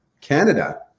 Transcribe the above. Canada